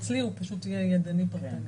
אצלי הוא יהיה ידני כרגע.